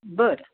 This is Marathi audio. बरं